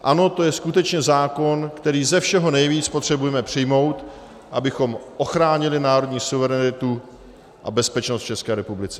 Ano, to je skutečně zákon, který ze všeho nejvíc potřebujeme přijmout, abychom ochránili národní suverenitu a bezpečnost v České republice.